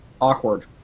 awkward